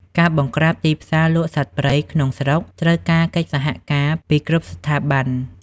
ការបង្ក្រាបទីផ្សារលក់សត្វព្រៃក្នុងស្រុកត្រូវការកិច្ចសហការពីគ្រប់ស្ថាប័ន។